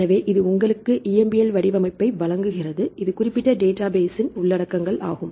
எனவே இது உங்களுக்கு EMBL வடிவமைப்பை வழங்குகிறது இது குறிப்பிட்ட டேட்டாபேஸ்ஸின் உள்ளடக்கங்கள் ஆகும்